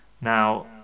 Now